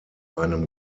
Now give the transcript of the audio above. einem